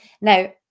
Now